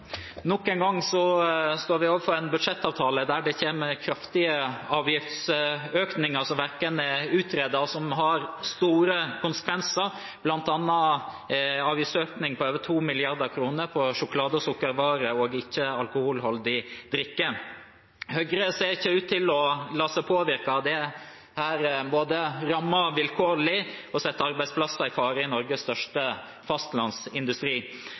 Nok en gang står vi overfor en budsjettavtale der det kommer kraftige avgiftsøkninger – som ikke er utredet, og som får store konsekvenser – bl.a. en avgiftsøkning på over 2 mrd. kr på sjokolade, sukkervarer og ikke-alkoholholdig drikke. Høyre ser ikke ut til å la seg påvirke av at dette rammer både vilkårlig og setter arbeidsplasser i fare i Norges største fastlandsindustri.